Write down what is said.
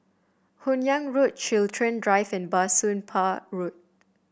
Hun Yeang Road Chiltern Drive and Bah Soon Pah Road